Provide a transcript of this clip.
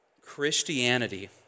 Christianity